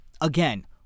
again